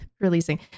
releasing